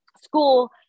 school